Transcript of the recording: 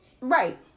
Right